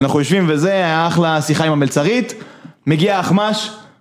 אנחנו יושבים וזה, היה אחלה שיחה עם המלצרית, מגיע האחמ"ש.